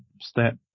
step